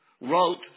wrote